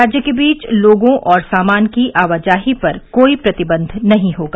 राज्यों के बीच लोगों और सामान की आवाजाही पर कोई प्रतिबंध नहीं होगा